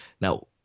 now